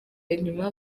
inyuma